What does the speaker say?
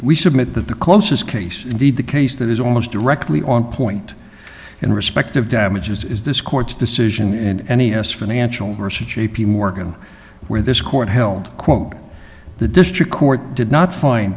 we submit that the closest case indeed the case that is almost directly on point in respect of damages is this court's decision in any us financial versus j p morgan where this court held quote the district court did not find